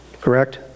Correct